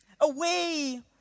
away